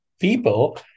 people